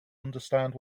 understand